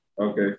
Okay